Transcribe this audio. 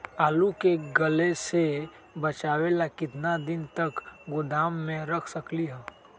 आलू के गले से बचाबे ला कितना दिन तक गोदाम में रख सकली ह?